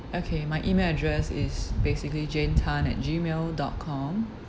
okay my E-mail address is basically jane tan at Gmail dot com